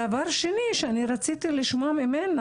דבר שני שאני רציתי לשמוע ממנה,